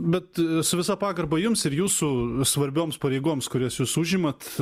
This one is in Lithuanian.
bet su visa pagarba jums ir jūsų svarbioms pareigoms kurias jūs užimat